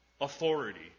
authority